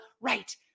right